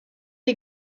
die